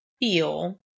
feel